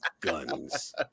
guns